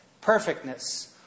perfectness